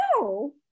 No